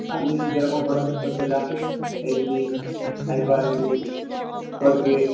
আপনি যেরকম photo shoot করতে চান H D high quality four কে